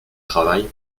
travail